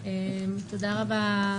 רבה,